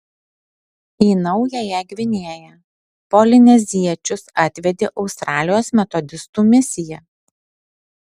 į naująją gvinėją polineziečius atvedė australijos metodistų misija